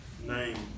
name